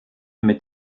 mit